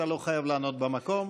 אתה לא חייב לענות במקום.